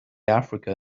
africa